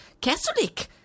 Catholic